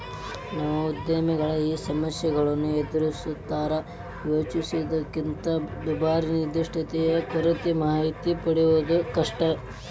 ನವೋದ್ಯಮಿಗಳು ಈ ಸಮಸ್ಯೆಗಳನ್ನ ಎದರಿಸ್ತಾರಾ ಯೋಜಿಸಿದ್ದಕ್ಕಿಂತ ದುಬಾರಿ ನಿರ್ದಿಷ್ಟತೆಯ ಕೊರತೆ ಮಾಹಿತಿ ಪಡೆಯದು ಕಷ್ಟ